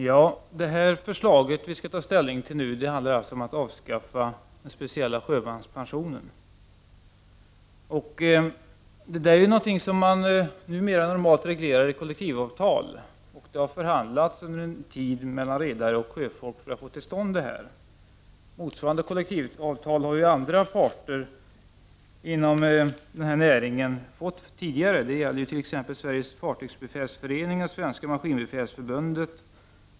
Herr talman! Det förslag som vi nu skall ta ställning till handlar om att avskaffa den speciella sjömanspensionen. Det är någonting som numera normalt sett regleras i kollektivavtal, och redare och sjöfolk har under en tid förhandlat för att få till stånd ett avtal. Andra parter inom den här näringen har tidigare fått motsvarande avtal med Redareföreningen, t.ex. Sveriges fartygsbefälsförening och Svenska maskinbefälsförbundet.